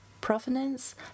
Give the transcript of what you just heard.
provenance